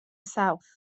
south